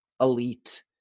elite